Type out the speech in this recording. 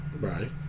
right